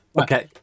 Okay